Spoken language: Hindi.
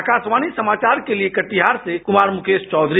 आकाशवाणी समाचार के लिए कटिहार से कुमार मुकेश चौधरी